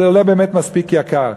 זה לא באמת מספיק יקר.